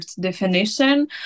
definition